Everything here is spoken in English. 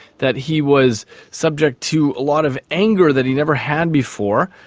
that he was subject to a lot of anger that he never had before.